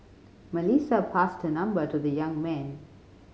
Melissa passed her number to the young man